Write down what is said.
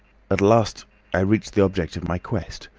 at last i reached the object of my quest,